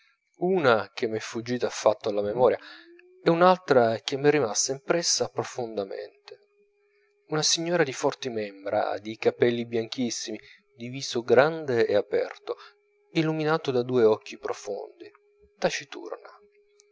una che m'è sfuggita affatto alla memoria e un'altra che m'è rimasta impressa profondamente una signora di forti membra di capelli bianchissimi di viso grande e aperto illuminato da due occhi profondi taciturna